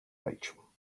rachel